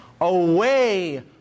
away